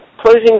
closing